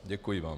Děkuji vám.